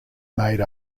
made